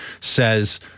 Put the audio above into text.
says